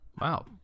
wow